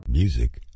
Music